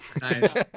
Nice